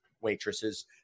waitresses